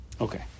Okay